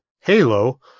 halo